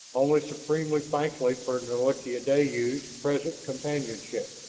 only supremely thankful for nalik'ideyu's present companionship.